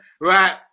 right